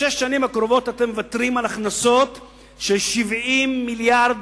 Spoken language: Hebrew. בשש השנים הקרובות אתם מוותרים על הכנסות של 70 מיליארד